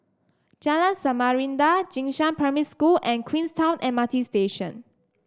Jalan Samarinda Jing Shan Primary School and Queenstown M R T Station